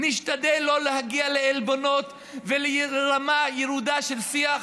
נשתדל שלא להגיע לעלבונות ולרמה ירודה של שיח.